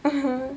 (uh huh)